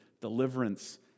deliverance